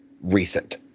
recent